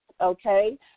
okay